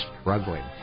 struggling